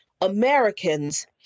Americans